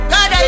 God